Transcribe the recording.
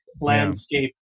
landscape